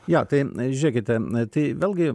jo taip na žiūrėkite na tai vėlgi